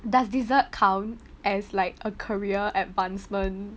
does dessert count as like a career advancement